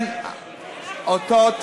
אנחנו --- לכן,